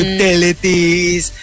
Utilities